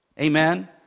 Amen